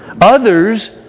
Others